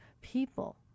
people